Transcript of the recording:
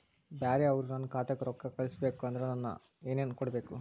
ಬ್ಯಾರೆ ಅವರು ನನ್ನ ಖಾತಾಕ್ಕ ರೊಕ್ಕಾ ಕಳಿಸಬೇಕು ಅಂದ್ರ ನನ್ನ ಏನೇನು ಕೊಡಬೇಕು?